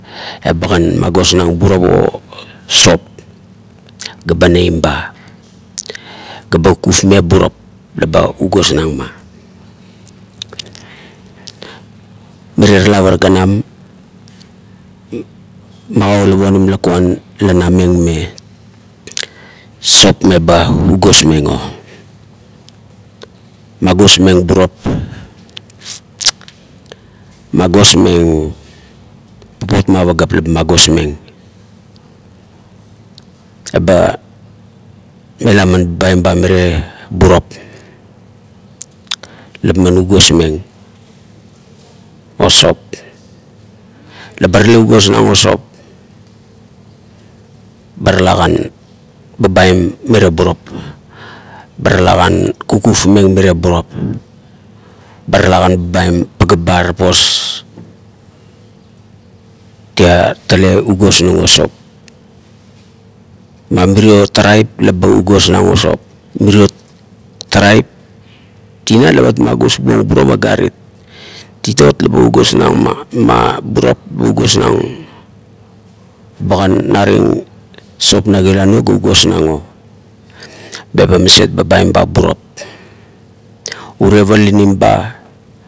Iebakan magosnang burap o sop ga nien ba ga ba kupkafmeng burap la ba ugosmeng ma, merie ra lap ganam magaulap onim lakuan la nameng me sop laba agosmeng o, magoameng burap, magosmeng papot ma pagap la ba magosmeng eba meal mau babaim ba mirie burap la man ugosmeng o sop, la ba tale ugosmeng u sop ba talakan babaim ba mirie burap, talakan kufkufmeng mirie burap, ba talakan babaim tapas tapos tale ugosmeng o sop ma mirio taraip la ba ugosmeng o sop ma burap agarit, tatot ga ba ugosmeng ma burap ga ugosmeng bagen naring sop na kilan nau ga ugosmeng o me ba maset babaim ba burap. urie palanim ba.